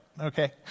okay